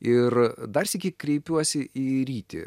ir dar sykį kreipiuosi į rytį